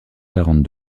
quarante